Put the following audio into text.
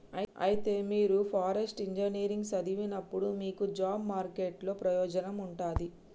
అయితే మీరు forest engineering సదివినప్పుడు మీకు జాబ్ మార్కెట్ లో ప్రయోజనం ఉంటది